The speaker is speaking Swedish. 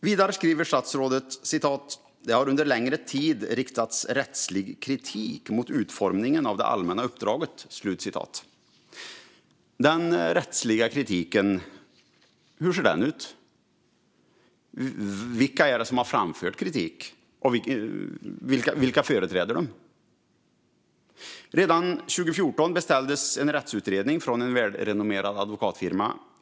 Vidare skriver statsrådet: "Det har under längre tid riktats rättslig kritik mot utformningen av det allmänna uppdraget." Hur ser den rättsliga kritiken ut? Vilka är det som har framfört kritiken, och vilka företräder de? Redan 2014 beställdes en rättsutredning i frågan från en välrenommerad advokatfirma.